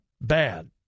Bad